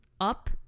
up